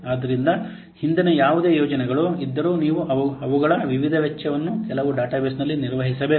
ಆದ್ದರಿಂದ ಹಿಂದಿನ ಯಾವುದೇ ಯೋಜನೆಗಳು ಇದ್ದರೂ ನೀವು ಅವುಗಳ ವಿವಿಧ ವೆಚ್ಚವನ್ನು ಕೆಲವು ಡೇಟಾಬೇಸ್ನಲ್ಲಿ ನಿರ್ವಹಿಸಬೇಕು